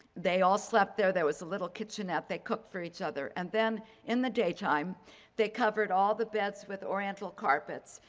they all slept there. there was a little kitchen that they cooked for each other and then in the daytime they covered all the beds with oriental carpets.